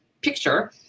picture